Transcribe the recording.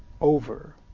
over